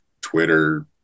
Twitter